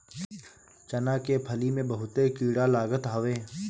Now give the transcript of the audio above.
चना के फली में बहुते कीड़ा लागत हवे